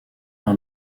par